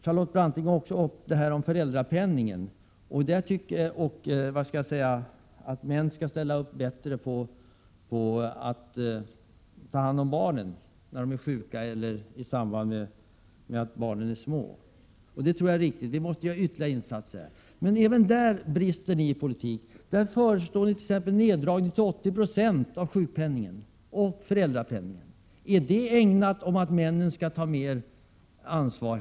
Charlotte Branting tog också upp föräldrapenningen och önskvärdheten av att män bör ställa upp bättre för att ta hand om barnen när de är små eller i samband med att de är sjuka. Jag tror också det är viktigt med ytterligare insatser i den vägen. Men även där brister er politik. Ni föreslår neddragning till 80 20 av sjukpenning och föräldrapenning. Är det ägnat att stimulera männen att ta mer ansvar?